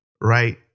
right